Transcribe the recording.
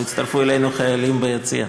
והצטרפו אלינו חיילים ביציע.